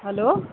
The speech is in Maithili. हेलो